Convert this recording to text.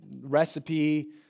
recipe